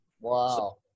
Wow